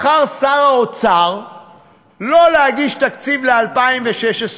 בחר שר האוצר שלא להגיש תקציב ל-2016,